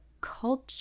culture